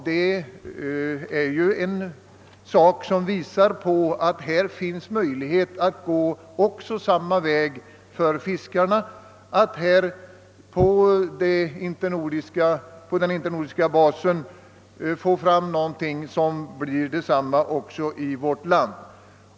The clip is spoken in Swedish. Detta visar att det finns möjlighet att gå samma väg när det gäller våra fiskare att på nordisk bas få fram bättre villkor också i vårt land.